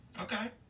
okay